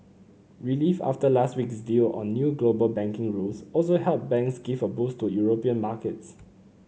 relief after last week's deal on new global banking rules also helped banks give a boost to European markets